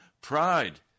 Pride